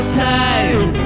time